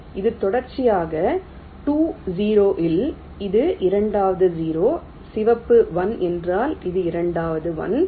இது தொடர்ச்சியான 2 0 இல் இது இரண்டாவது 0 சிவப்பு 1 என்றால் இது இரண்டாவது 1